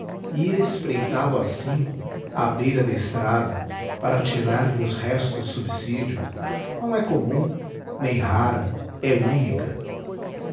ir espreitá lo às cinco à beira da estrada para tirar-lhe os restos do subsídio não é comum nem rara é única